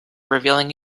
revealing